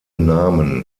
namen